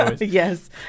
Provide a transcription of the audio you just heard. Yes